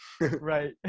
Right